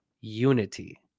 Unity